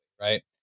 right